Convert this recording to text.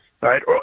Right